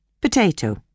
Potato